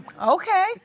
Okay